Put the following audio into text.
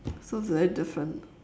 so it's very different